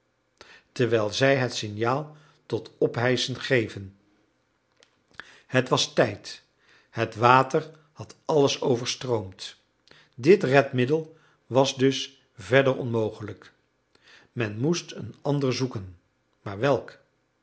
terwijl zij het signaal tot ophijschen geven het was tijd het water had alles overstroomd dit redmiddel was dus verder onmogelijk men moest een ander zoeken maar welk